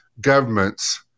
government's